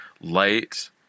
light